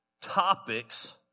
topics